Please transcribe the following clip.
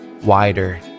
wider